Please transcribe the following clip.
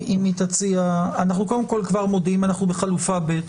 אנחנו כבר מודיעים שאנחנו בחלופה ב'.